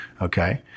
Okay